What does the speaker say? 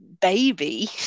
baby